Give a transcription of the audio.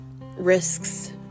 risks